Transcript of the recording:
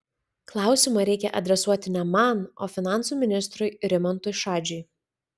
klausimą reikia adresuoti ne man o finansų ministrui rimantui šadžiui